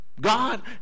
God